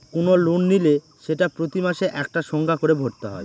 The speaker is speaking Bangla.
কোনো লোন নিলে সেটা প্রতি মাসে একটা সংখ্যা করে ভরতে হয়